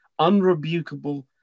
unrebukable